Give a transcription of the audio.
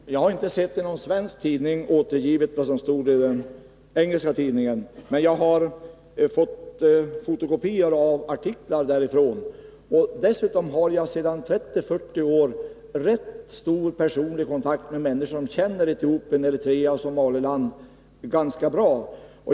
Herr talman! Jag har inte i någon svensk tidning sett återgivet vad som stod i den engelska tidningen. Men jag har fått fotokopior av artiklar ur engelsk press, och dessutom har jag sedan 30-40 år rätt god personlig kontakt med människor som känner Etiopien, Eritrea och Somaliland ganska bra.